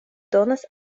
donas